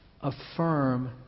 affirm